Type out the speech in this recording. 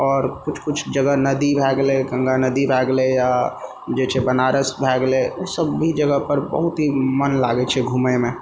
आओर किछु किछु जगह नदी भए गेलै गङ्गा नदी भए गेलै यऽ बनारस भयऽ गेलै ओसब भी जगह पर बहुत ही मन लागै छै घुमैमे